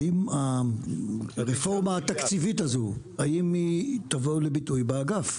האם הרפורמה התקציבית הזאת תבוא לידי ביטוי באגף?